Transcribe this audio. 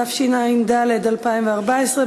התשע"ד 2014,